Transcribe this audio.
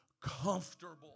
comfortable